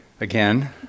again